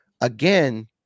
Again